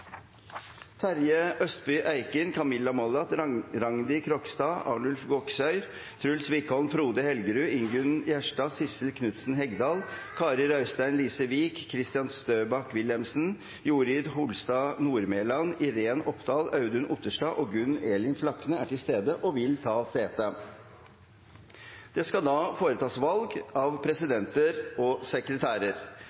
Rangdi Krogstad, Arnulf Goksøyr, Truls Wickholm, Frode Helgerud, Ingunn Gjerstad, Sissel Knutsen Hegdal, Kari Raustein, Lise Wiik, Kristian Støback Wilhelmsen, Jorid Holstad Nordmelan, Iren Opdahl, Audun Otterstad og Gunn Elin Flakne er til stede og vil ta sete. Det skal så foretas valg av